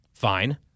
fine